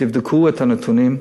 תבדקו את הנתונים,